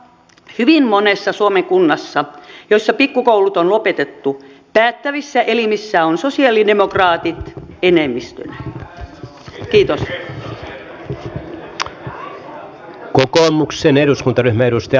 hyvin monessa suomen kunnassa joissa pikkukoulut on lopetettu päättävissä elimissä ovat sosialidemokraatit enemmistönä